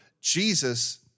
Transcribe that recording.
Jesus